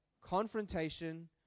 confrontation